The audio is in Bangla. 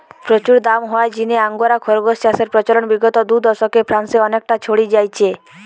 প্রচুর দাম হওয়ার জিনে আঙ্গোরা খরগোস চাষের প্রচলন বিগত দুদশকে ফ্রান্সে অনেকটা ছড়ি যাইচে